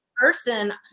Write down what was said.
person